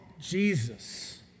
Jesus